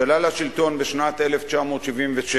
שעלה לשלטון בשנת 1977,